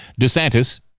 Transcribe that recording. DeSantis